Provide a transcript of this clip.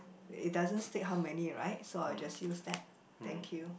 it doesn't state how many right so I will just use that thank you